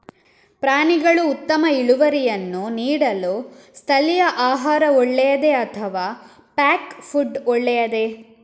ಪ್ರಾಣಿಗಳು ಉತ್ತಮ ಇಳುವರಿಯನ್ನು ನೀಡಲು ಸ್ಥಳೀಯ ಆಹಾರ ಒಳ್ಳೆಯದೇ ಅಥವಾ ಪ್ಯಾಕ್ ಫುಡ್ ಒಳ್ಳೆಯದೇ?